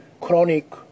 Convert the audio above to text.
chronic